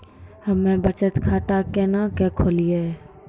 हम्मे बचत खाता केना के खोलियै?